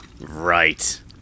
right